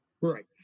right